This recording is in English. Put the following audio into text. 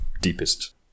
deepest